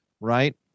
right